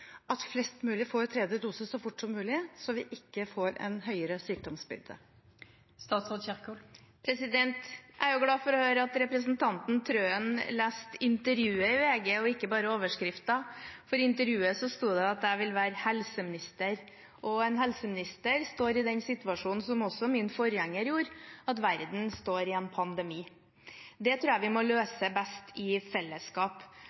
at flest mulig får tredje dose så fort som mulig, slik at vi ikke får en høyere sykdomsbyrde? Jeg er glad for å høre at representanten Wilhelmsen Trøen leste intervjuet i VG, ikke bare overskriften, for i intervjuet sto det at jeg ville være helseminister. En helseminister er i den situasjonen – som også min forgjenger var – at verden står i en pandemi. Det tror jeg vi løser best i fellesskap.